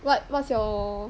what what's your